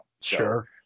Sure